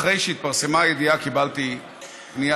אחרי שהתפרסמה הידיעה קיבלתי פנייה,